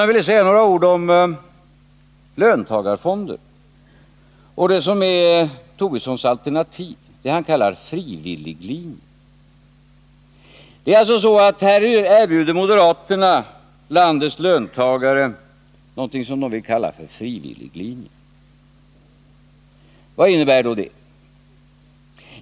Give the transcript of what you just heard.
Låt mig säga några ord om löntagarfonder och herr Tobissons alternativ, nämligen det han kallar frivilliglinje och som moderaterna erbjuder landets löntagare. Vad innebär då det?